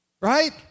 Right